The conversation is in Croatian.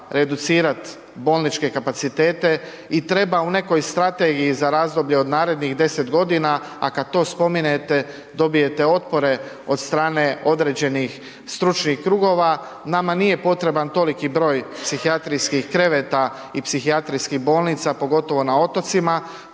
reducirati bolničke kapacitete i treba u nekoj strategiji za razdoblje od narednih 10 godina, a kad to spomenete dobijete otpore od strane određenih stručnih krugova, nama nije potreban toliki broj psihijatrijskih kreveta i psihijatrijskih bolnica, pogotovo na otocima.